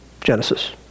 Genesis